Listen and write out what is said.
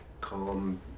calm